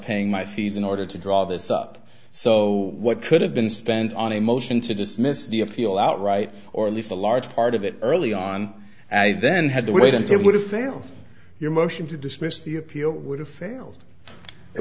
paying my fees in order to draw this up so what could have been spent on a motion to dismiss the appeal outright or at least a large part of it early on i then had to wait until it would have failed your motion to dismiss the appeal would have failed it